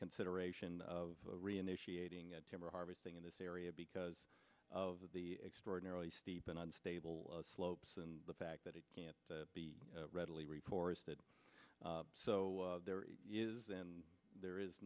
consideration of re initiating timber harvesting in this area because of the extraordinarily steep and unstable slopes and the fact that it can't be readily reforested so there is and there is